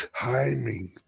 timing